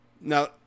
Now